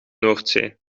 noordzee